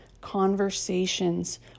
conversations